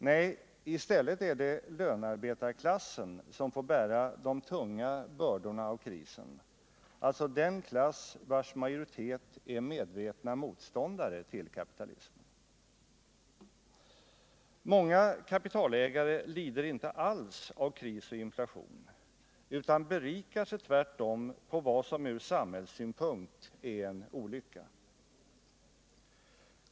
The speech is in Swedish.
Nej, i stället är det lönarbetarklassen som får bära de tunga bördorna av krisen, alltså den klass vars majoritet är medveten motståndare till kapitalismen. Många kapitalägare lider inte alls av kris och inflation, utan berikar sig tvärtom på vad som ur samhällssynpunkt är en olycka.